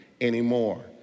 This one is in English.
anymore